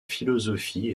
philosophie